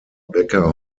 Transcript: becker